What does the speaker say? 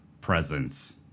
presence